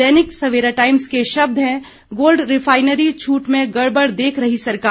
दैनिक Savera Times के शब्द हैं गोल्ड रिफाइनरी छूट में गड़बड़ देख रही सरकार